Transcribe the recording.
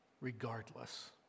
regardless